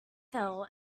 fell